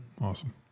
Awesome